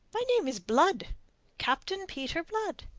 my name is blood captain peter blood.